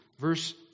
verse